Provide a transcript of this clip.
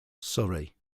surrey